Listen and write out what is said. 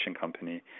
company